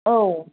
औ